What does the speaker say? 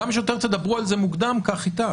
כמה שתדברו על זה יותר מוקדם כך ייטב.